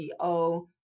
CEO